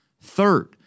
Third